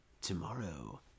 tomorrow